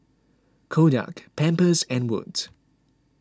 Kodak Pampers and Wood's